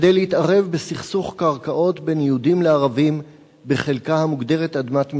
כדי להתערב בסכסוך קרקעות בין יהודים לערבים בחלקה המוגדרת אדמת מדינה.